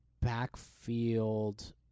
backfield